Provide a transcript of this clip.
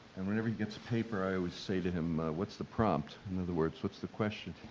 and whenever he gets a paper i always say to him, what's the prompt? in other words, what's the question?